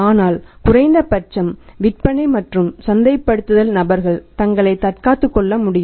ஆனால் குறைந்த பட்சம் விற்பனை மற்றும் சந்தைப்படுத்தல் நபர்கள் தங்களை தற்காத்துக்கொள்ள முடியும்